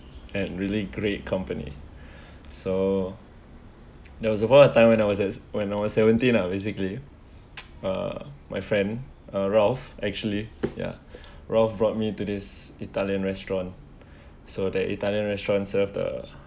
and really great company so there was one of time when I was as when I was seventeen lah basically uh my friend ralph actually ya ralph brought me to this italian restaurant so the italian restaurants serve the